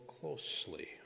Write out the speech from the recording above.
closely